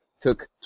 took